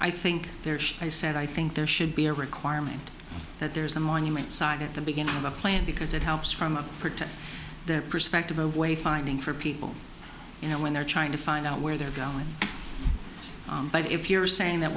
i think there should i said i think there should be a requirement that there's a monument signed at the beginning of a plan because it helps from a protect their perspective away fighting for people you know when they're trying to find out where they're going but if you're saying that